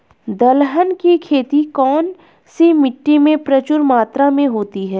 दलहन की खेती कौन सी मिट्टी में प्रचुर मात्रा में होती है?